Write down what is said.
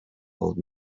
old